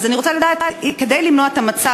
אז אני רוצה לדעת: כדי למנוע את המצב,